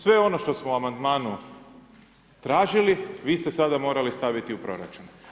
Sve ono što smo amandmanom tražili, vi ste sada morali staviti u proračun.